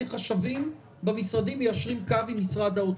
כי חשבים במשרדים מיישרים קו עם משרד האוצר.